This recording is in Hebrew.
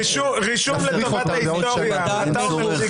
אין דרך אחרת לבצע את המהלך הזה בלי